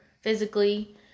physically